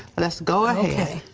let's go ahead,